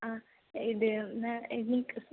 ആ ഇത് ആ എനിക്ക്